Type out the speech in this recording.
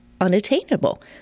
unattainable